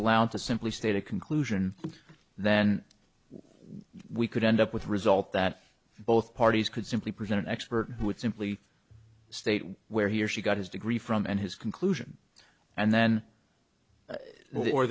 allowed to simply state a conclusion then we could end up with a result that both parties could simply present an expert who would simply state where he or she got his degree from and his conclusion and then